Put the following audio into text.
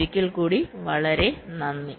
ഒരിക്കൽ കൂടി വളരെ നന്ദി